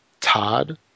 Todd